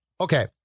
Okay